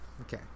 Okay